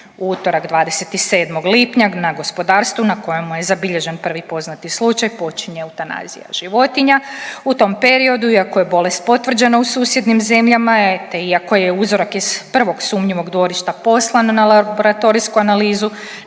utorak 27. lipnja na gospodarstvu na kojemu je zabilježen prvi poznati slučaj počinje eutanazija životinja. U tom periodu iako je bolest potvrđena u susjednim zemljama te iako je uzroka iz prvog sumnjivog dvorišta poslan na laboratorijsku analizu